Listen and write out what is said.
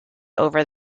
over